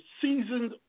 seasoned